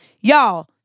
Y'all